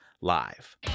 Live